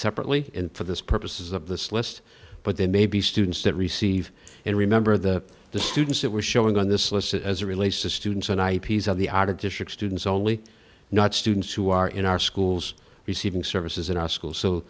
separately for this purposes of this list but they may be students that receive and remember that the students that we're showing on this list as a relates to students and i p's on the out of district students only not students who are in our schools receiving services in our school so